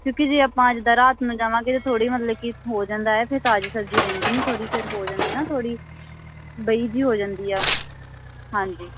ਕਿਉਂਕਿ ਜੇ ਆਪਾਂ ਜਿੱਦਾਂ ਰਾਤ ਨੂੰ ਜਾਵਾਂਗੇ ਥੋੜ੍ਹੀ ਮਤਲਬ ਕਿ ਹੋ ਜਾਂਦਾ ਹੈ ਫਿਰ ਤਾਜ਼ੀ ਸਬਜ਼ੀ ਰਹਿੰਦੀ ਨਹੀਂ ਥੋੜ੍ਹੀ ਫਿਰ ਹੋ ਜਾਂਦੀ ਨਾ ਥੋੜ੍ਹੀ ਬੇਹੀ ਜਿਹੀ ਹੋ ਜਾਂਦੀ ਆ ਹਾਂਜੀ